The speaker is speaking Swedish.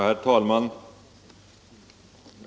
Herr talman!